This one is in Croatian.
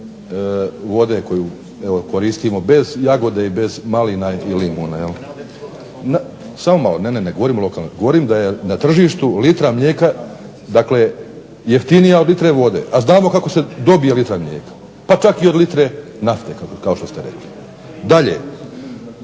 vode koju evo koristimo, bez jagode i bez malina i limuna. …/Upadica se ne razumije./… Samo malo, ne, ne, govorim o lokalnoj. Govorim da je na tržištu litra mlijeka dakle jeftinija od litre vode, a znamo kako se dobije litra mlijeka, pa čak i od litre nafte kao što ste rekli. Dalje,